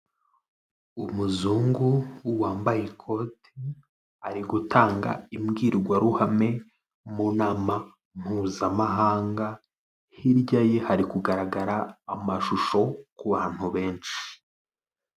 Umuzungu wambaye ikote, ari gutanga imbwirwaruhame mu nama Mpuzamahanga, hirya ye hari kugaragara amashusho ku bantu benshi.